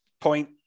point